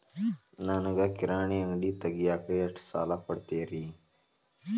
ನನಗ ಕಿರಾಣಿ ಅಂಗಡಿ ತಗಿಯಾಕ್ ಎಷ್ಟ ಸಾಲ ಕೊಡ್ತೇರಿ?